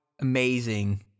amazing